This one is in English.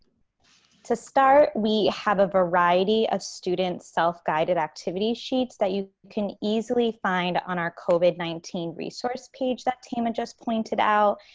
to start, we have a variety of students self-guided activity sheets that you can easily find on our covid nineteen resource page that thema just pointed out.